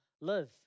live